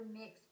mix